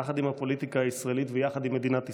יחד עם הפוליטיקה הישראלית ויחד עם מדינת ישראל,